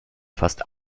fast